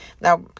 Now